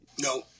No